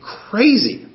crazy